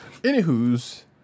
Anywho's